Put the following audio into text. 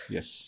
Yes